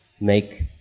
make